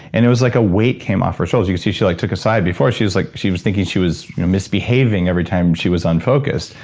and it was like a weight came off her shoulders. you could see, she like took a side. before she was like she was thinking she was misbehaving every time she was unfocused,